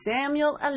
Samuel